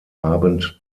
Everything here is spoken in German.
abend